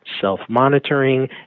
self-monitoring